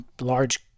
large